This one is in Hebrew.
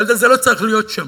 הילד הזה לא צריך להיות שם,